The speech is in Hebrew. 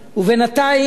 ובינתיים,